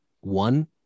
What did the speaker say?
One